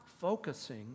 focusing